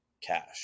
cash